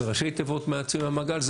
במירכאות להוציא מהמעגל,